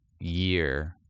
year